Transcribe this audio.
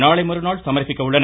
நாளை மறுநாள் சமர்ப்பிக்க உள்ளனர்